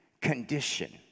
condition